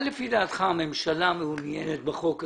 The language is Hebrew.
מה לפי דעתך הממשלה מעוניינת בחוק הזה?